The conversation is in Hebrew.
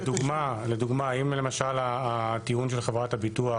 לדוגמה אם למשל הטיעון של חברת הביטוח